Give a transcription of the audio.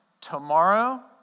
Tomorrow